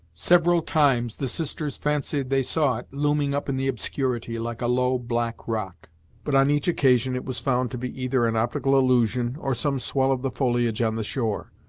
several times the sisters fancied they saw it, looming up in the obscurity, like a low black rock but on each occasion it was found to be either an optical illusion, or some swell of the foliage on the shore.